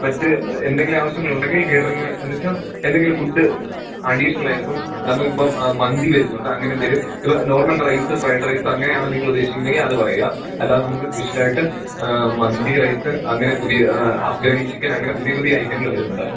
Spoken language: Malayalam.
മറ്റ് എന്തെങ്കിലും ആവശ്യങ്ങളുണ്ടെങ്കിൽ കാറ്ററിംഗ് എന്ന് വെച്ചാൽ എന്തെങ്കിലും ഫുഡ് അഡീഷ്നലായിട്ടിപ്പം നമുക്ക് ഇപ്പം മന്തി വരുന്നുണ്ട് അങ്ങനെന്തേലും ഇത് നോർമൽ റൈസ് ഫ്രൈഡ് റൈസങ്ങനെയാണ് നിങ്ങൾ ഉദ്ദേശിക്കുന്നതെങ്കിൽ അത് പറയാൻ അല്ലാതെ നമുക്ക് സ്പെഷ്യലായിട്ട് മന്തി റൈസ് അങ്ങനെ പുതിയ അഫ്ഗാനി ചിക്കൻ അങ്ങനെ പുതിയ പുതിയ ഐറ്റങ്ങൾ വരുന്നുണ്ടപ്പം